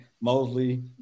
Mosley